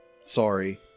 sorry